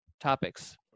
topics